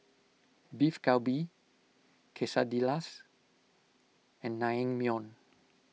Beef Galbi Quesadillas and Naengmyeon